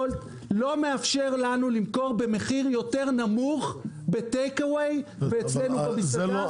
לא מאפשר לנו למכור במחיר יותר נמוך ב-Take Away ואצלנו במסעדה.